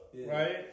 right